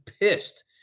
pissed